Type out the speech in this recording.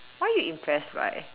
what are you impressed by